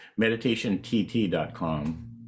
meditationtt.com